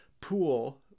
pool